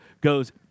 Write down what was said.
goes